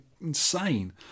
insane